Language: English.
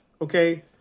Okay